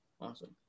Awesome